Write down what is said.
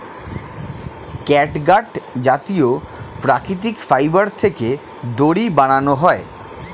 catgut জাতীয় প্রাকৃতিক fibre থেকে দড়ি বানানো হয়